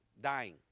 dying